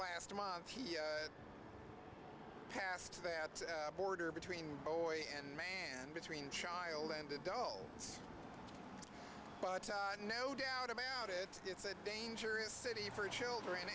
last month he past that border between boy and man between child and adult but no doubt about it it's a dangerous city for children